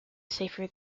safer